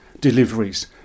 deliveries